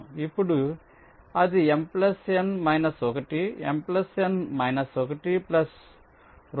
ఇప్పుడు అది M N 1 M N 1 2